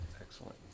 Excellent